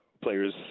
Players